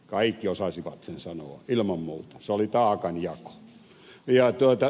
kaikki osasivat sen sanoa ilman muuta